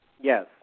Yes